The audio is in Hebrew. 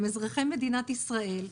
הם אזרחי מדינת ישראל,